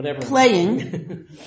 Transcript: playing